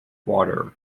water